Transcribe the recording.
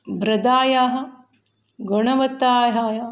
मृदः गुणवत्तायाः